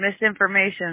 misinformation